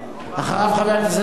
אחריו, חבר הכנסת ברוורמן.